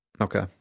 Okay